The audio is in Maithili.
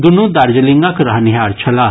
दुनू दार्जिंलिंगक रहनिहार छलाह